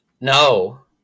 No